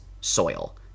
soil